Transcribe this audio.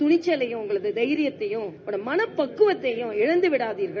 துணிச்சலையும் உங்களது எதரியத்தையும் ஒரு மனப்பக்குவத்தையும் இழந்து விடாதீர்கள்